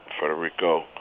Federico